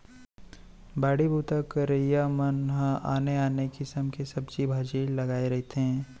बाड़ी बूता करइया मन ह आने आने किसम के सब्जी भाजी लगाए रहिथे